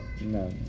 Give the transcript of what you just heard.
No